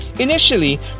Initially